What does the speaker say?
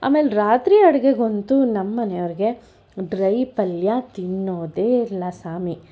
ಆಮೇಲೆ ರಾತ್ರಿ ಅಡುಗೆಗಂತು ನಮ್ಮನೆಯವರಿಗೆ ಡ್ರೈ ಪಲ್ಯ ತಿನ್ನೋದೇ ಇಲ್ಲ ಸ್ವಾಮಿ